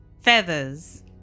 feathers